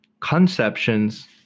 conceptions